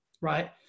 right